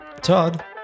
Todd